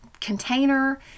container